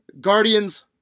Guardians